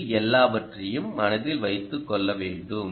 இது எல்லாவற்றையும் மனதில் வைத்துக்கொள்ள வேண்டும்